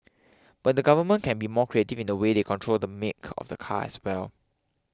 but the government can be more creative in the way they control the make of the car as well